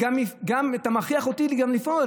אתה מכריח גם אותי לפעול,